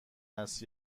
است